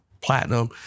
platinum